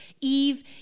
Eve